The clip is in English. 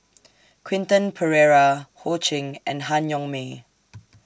Quentin Pereira Ho Ching and Han Yong May